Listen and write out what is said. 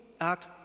act